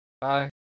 Bye